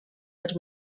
els